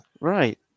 Right